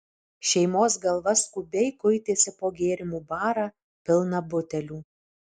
šeimos galva skubiai kuitėsi po gėrimų barą pilną butelių